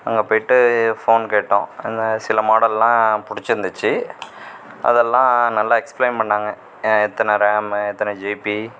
அங்கே பேயிவிட்டு ஃபோன் கேட்டோம் சில மாடல்லாம் பிடிச்சிருந்துச்சி அதெல்லாம் நல்லா எக்ஸ்ப்ளைன் பண்ணாங்க எத்தனை ரேம் எத்தனை ஜிபி